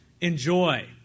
enjoy